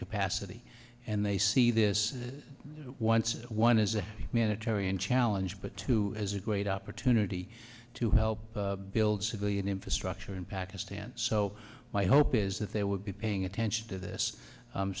capacity and they see this once one as a mandatory and challenge but two as a great opportunity to help build civilian infrastructure in pakistan so my hope is that they would be paying attention to this